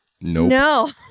No